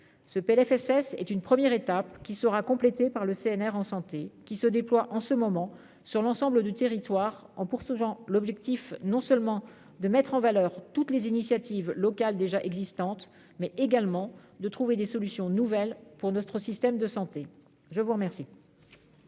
ce PLFSS est une première étape qui sera complété par le CNR en santé qui se déploient en ce moment sur l'ensemble du territoire en poursuivant l'objectif non seulement de mettre en valeur toutes les initiatives locales déjà existantes, mais également de trouver des solutions nouvelles pour notre système de santé, je vous remercie.